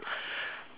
hello